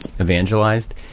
evangelized